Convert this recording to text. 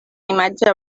imatge